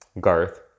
Garth